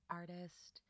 artist